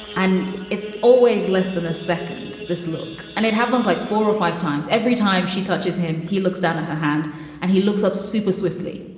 and it's always less than a second. this look and it happens like four or five times every time she touches him. he looks down at her hand and he looks up super swiftly.